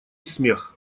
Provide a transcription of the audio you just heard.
смех